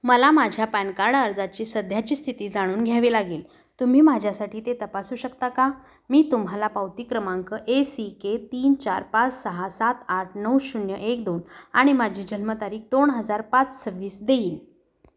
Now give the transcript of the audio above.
मला माझ्या PAN card अर्जाची सध्याची स्थिती जाणून घ्यावी लागेल तुम्ही माझ्यासाठी ते तपासू शकता का मी तुम्हाला पावती क्रमांक ए सी के तीन चार पाच सहा सात आठ नऊ शून्य एक दोन आणि माझी जन्मतारीख दोन हजार पाच सव्वीस देईन